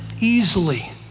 easily